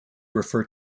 refer